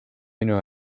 minu